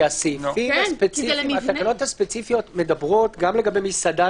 כי התקנות הספציפיות מדברות גם לגבי מסעדה,